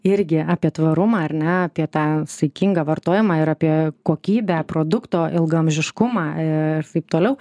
irgi apie tvarumą ar ne apie tą saikingą vartojimą ir apie kokybę produkto ilgaamžiškumą ir taip toliau